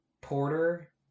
Porter